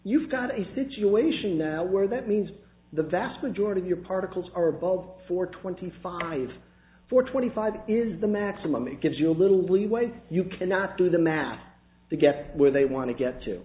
you've got a situation now where that means the vast majority of your particles are above four twenty five for twenty five is the maximum it gives you a little leeway and you cannot do the math to get where they want to get to